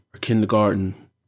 kindergarten